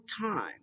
time